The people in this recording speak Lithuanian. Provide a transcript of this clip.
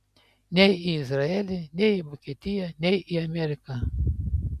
nei į izraelį nei į vokietiją nei į ameriką